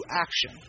action